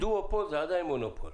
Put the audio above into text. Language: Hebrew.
דואופול, זה עדיין מונופול.